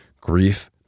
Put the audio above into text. Grief